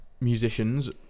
musicians